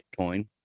Bitcoin